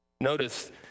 Notice